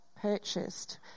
purchased